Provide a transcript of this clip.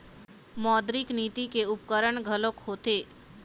मौद्रिक नीति के उपकरन घलोक होथे